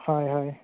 হয় হয়